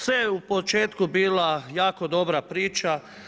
Sve je u početku bila jako dobra priča.